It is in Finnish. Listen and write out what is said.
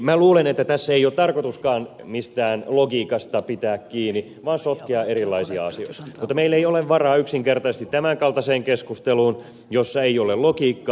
minä luulen että tässä ei ole tarkoituskaan mistään logiikasta pitää kiinni vaan sotkea erilaisia asioita mutta meillä ei ole varaa yksinkertaisesti tämän kaltaiseen keskusteluun jossa ei ole logiikkaa